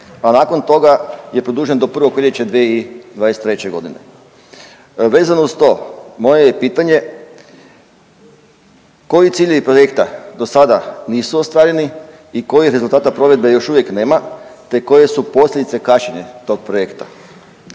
a nakon toga je produžen do 1. veljače 2023.g. Vezano uz to moje je pitanje, koji ciljevi projekta do sada nisu ostvareni i kojih rezultata provedbe još uvijek nema te koje su posljedice kašnjenja tog projekta?